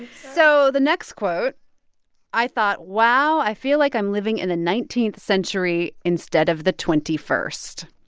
so the next quote i thought, wow. i feel like i'm living in the nineteenth century instead of the twenty first.